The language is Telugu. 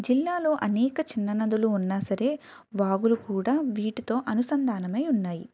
జిల్లాలో అనేక చిన్ననదులు ఉన్నా సరే వాగులు కూడా వీటితో అనుసంధానమై ఉన్నాయి